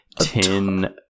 ten